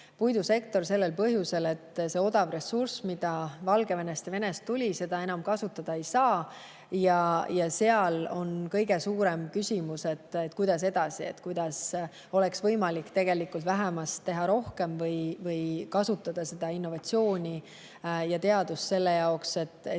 puidusektor sellel põhjusel, et seda odavat ressurssi, mis Valgevenest ja Venest tuli, enam kasutada ei saa. Ja seal on kõige suurem küsimus, et kuidas edasi, kuidas oleks võimalik tegelikult vähemast teha rohkem või kasutada innovatsiooni ja teadust selle jaoks, et